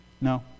No